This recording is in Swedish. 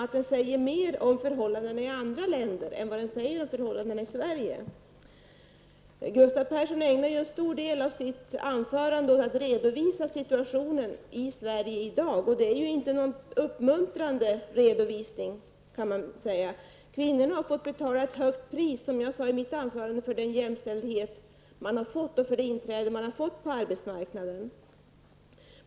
Den säger nämligen kanske mera om förhållandena i andra länder än om förhållandena här i Sverige. Gustav Persson ägnade en stor del av sitt anförande åt att redovisa situationen i Sverige i dag, och det är inte precis någon uppmuntrande redovisning. Kvinnorna har fått betala ett högt pris för den jämställdhet som man har lyckats uppnå och för sitt inträde på arbetsmarknaden.